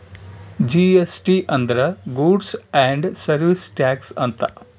GST ಅಂದ್ರ goods and service tax ಅಂತ